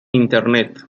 internet